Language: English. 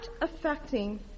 affecting